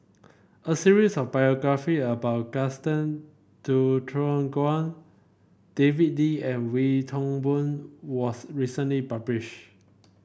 a series of biography about Gaston Dutronquoy David Lee and Wee Toon Boon was recently publish